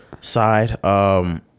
side